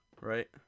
Right